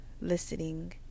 listening